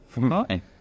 Hi